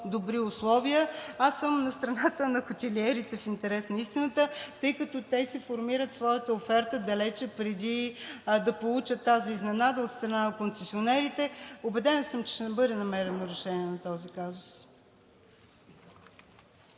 по-добри условия. Аз съм на страната на хотелиерите, в интерес на истината, тъй като те си формират своята оферта далеч преди да получат тази изненада от страна на концесионерите. Убедена съм, че ще бъде намерено решение на този казус.